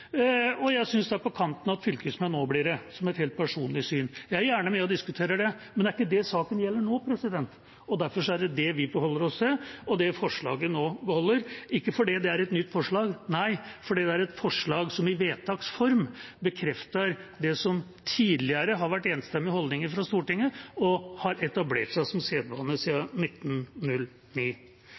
det, noe som er et helt personlig syn. Jeg er gjerne med og diskuterer det, men det er ikke det saken gjelder nå, og derfor er det saken vi forholder oss til, og det forslaget vi beholder – ikke fordi det er et nytt forslag, men fordi det er et forslag som i vedtaks form bekrefter det som tidligere har vært enstemmige holdninger fra Stortinget, og som har etablert seg som sedvane siden 1909.